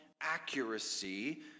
accuracy